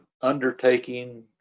undertaking